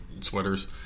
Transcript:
sweaters